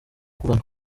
kugana